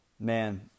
man